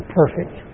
perfect